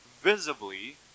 visibly